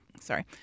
sorry